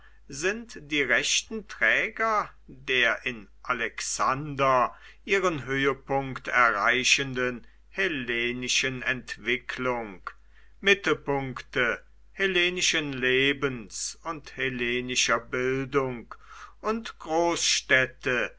sind die rechten träger der in alexander ihren höhepunkt erreichenden hellenischen entwicklung mittelpunkte hellenischen lebens und hellenischer bildung und großstädte